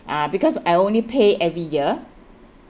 uh because I only pay every year